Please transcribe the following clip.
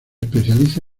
especializa